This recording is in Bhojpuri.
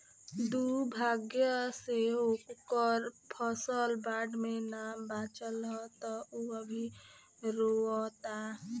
दुर्भाग्य से ओकर फसल बाढ़ में ना बाचल ह त उ अभी रोओता